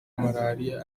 malariya